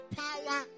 power